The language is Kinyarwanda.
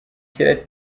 cyari